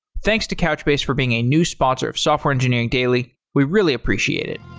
thanks to couchbase for being a new sponsor of software engineering daily. we really appreciate it